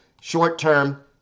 short-term